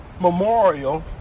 memorial